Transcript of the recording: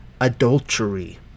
adultery